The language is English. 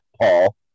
Paul